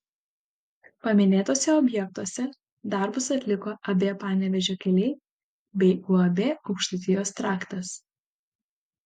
paminėtuose objektuose darbus atliko ab panevėžio keliai bei uab aukštaitijos traktas